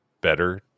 better